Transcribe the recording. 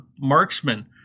marksmen